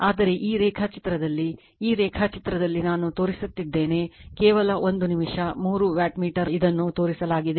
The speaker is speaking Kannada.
ಆದರೆ ಈ ರೇಖಾಚಿತ್ರದಲ್ಲಿ ಈ ರೇಖಾಚಿತ್ರದಲ್ಲಿ ನಾನು ತೋರಿಸಿದ್ದೇನೆಕೇವಲ ಒಂದು ನಿಮಿಷ ಮೂರು ವ್ಯಾಟ್ ಮೀಟರ್ ಇದನ್ನು ತೋರಿಸಲಾಗಿದೆ